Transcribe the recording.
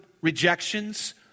rejections